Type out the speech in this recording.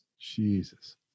Jesus